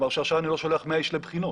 עכשיו אני לא שולח 100 אנשים לבחינות.